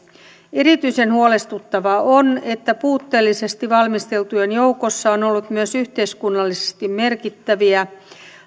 erityisen huolestuttavaa on että puutteellisesti valmisteltujen joukossa on ollut myös yhteiskunnallisesti merkittäviä